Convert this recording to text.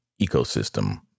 ecosystem